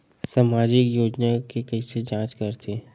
सामाजिक योजना के कइसे जांच करथे?